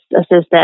assistant